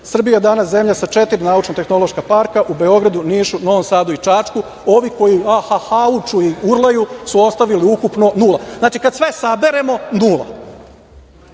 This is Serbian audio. je danas zemlja sa četiri naučno-tehnološka parka u Beogradu, Nišu, Novom Sadu i Čačku. Ovi koji ahahauču i urlaju su ostavili ukupno nula. Znači, kada sve saberemo – nula,